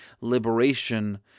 liberation